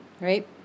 right